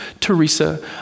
Teresa